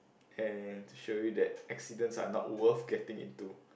and to show you that accidents are not worth getting into